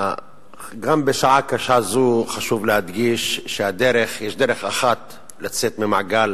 גם בשעה קשה זו חשוב להדגיש שיש דרך אחת לצאת ממעגל